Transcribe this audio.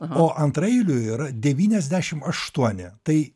o antraeilių yra devyniasdešim aštuoni tai